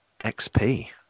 XP